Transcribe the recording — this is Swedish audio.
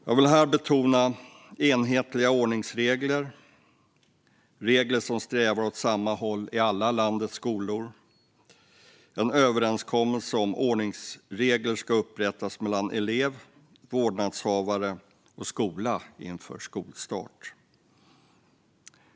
Jag vill här betona enhetliga ordningsregler, regler som strävar åt samma håll i alla landets skolor. En överenskommelse om ordningsregler ska upprättas mellan elev, vårdnadshavare och skola inför skolstart.